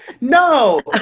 no